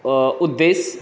उद्देश्य